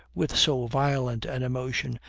with so violent an emotion,